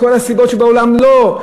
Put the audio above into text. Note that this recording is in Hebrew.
מכל הסיבות שבעולם לא,